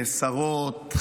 שרות,